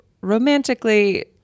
romantically